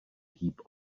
heap